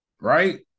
right